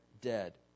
dead